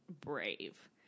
brave